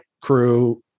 crew